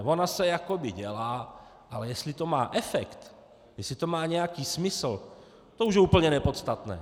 Ona se jakoby dělá, ale jestli to má efekt, jestli to má nějaký smysl, to už je úplně nepodstatné.